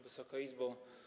Wysoka Izbo!